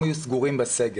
הם היו סגורים בסגר.